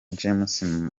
james